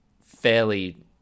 fairly